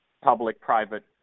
public-private